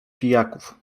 pijaków